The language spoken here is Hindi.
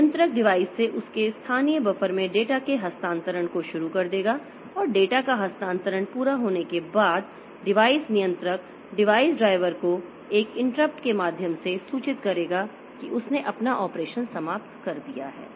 नियंत्रक डिवाइस से उसके स्थानीय बफर में डेटा के हस्तांतरण को शुरू कर देगा और डेटा का हस्तांतरण पूरा होने के बाद डिवाइस नियंत्रक डिवाइस ड्राइवर को एक इंटरप्ट के माध्यम से सूचित करेगा कि उसने अपना ऑपरेशन समाप्त कर दिया है